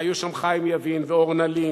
היו שם חיים יבין וארנה לין.